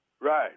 Right